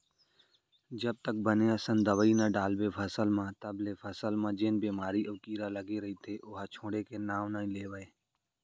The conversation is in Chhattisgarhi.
जब तक बने असन दवई नइ डालबे फसल म तब तक ले फसल म जेन बेमारी अउ कीरा लगे रइथे ओहा छोड़े के नांव नइ लेवय